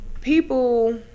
people